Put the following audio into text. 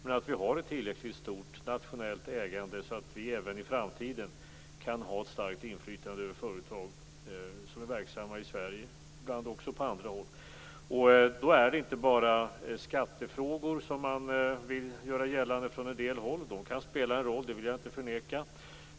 Vi skall ha ett tillräckligt stort nationellt ägande så att vi även i framtiden kan ha ett starkt inflytande över företag som är verksamma i Sverige, ibland också på andra håll. Då gäller det inte bara skattefrågor, som man vill göra gällande från en del håll - de kan spela en roll; det vill jag inte förneka.